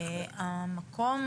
המקום